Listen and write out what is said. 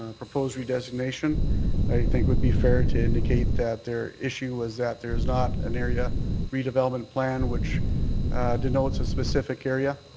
and proposed redesignation i think would be fair to indicate that their issue was there's not an area redevelopment plan which denotes a specific area.